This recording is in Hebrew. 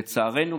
לצערנו,